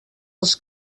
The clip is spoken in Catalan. els